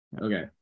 okay